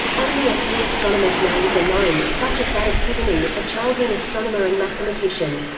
only a few astronomers' names are known, such as that of kidinnu, a chaldean astronomer and mathematician.